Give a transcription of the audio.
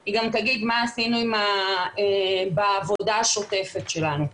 היא גם תגיד מה עשינו בעבודה השוטפת שלנו.